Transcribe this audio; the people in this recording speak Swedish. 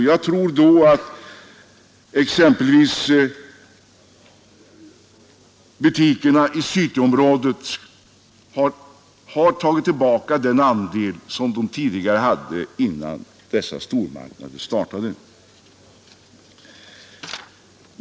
Jag tror att exempelvis butikerna i cityområdet då har tagit tillbaka den andel de hade innan stormarknaderna startade.